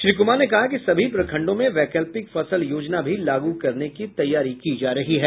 श्री कुमार ने कहा कि सभी प्रखंडों में वैकल्पिक फसल योजना भी लागू करने की तैयारी की जा रही है